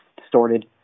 distorted